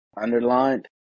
underlined